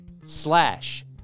slash